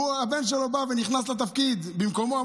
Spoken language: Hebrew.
הבן שלו נכנס לתפקיד במקומו.